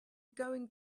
going